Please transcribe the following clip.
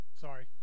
Sorry